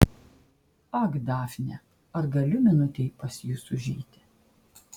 ak dafne ar galiu minutei pas jus užeiti